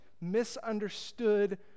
misunderstood